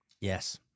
Yes